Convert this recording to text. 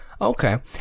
Okay